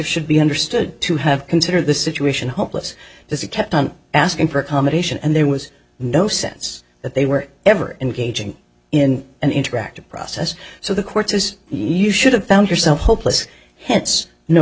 should be understood to have considered the situation hopeless that he kept on asking for accommodation and there was no sense that they were ever engaging in an interactive process so the courts as you should have found yourself hopeless hence no